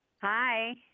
Hi